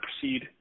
proceed